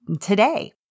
today